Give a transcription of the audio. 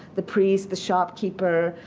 the priest, the shopkeeper,